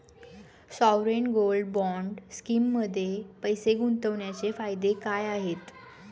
Sovereign gold bond स्कीममध्ये पैसे गुंतवण्याचे फायदे काय आहेत?